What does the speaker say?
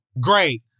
Great